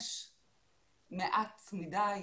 יש מעט מדי,